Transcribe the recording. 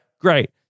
great